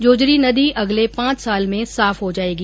जोजरी नदी अगले पांच साल में साफ हो जाएगी